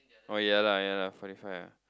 oh ya lah ya lah forty five